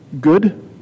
good